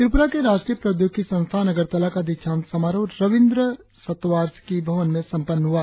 त्रिप्रा के राष्ट्रीय प्रौद्योगिकी संस्थान अगरतला का दीक्षांत समारोह रवींद्र शतवार्षिकी भवन में संपन्न हुआ